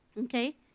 Okay